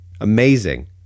Amazing